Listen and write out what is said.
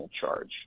charge